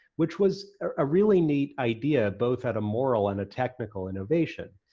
which was a really neat idea, both at a moral and a technical innovation.